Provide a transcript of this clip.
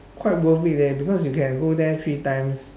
quite worth it leh because you can go there three times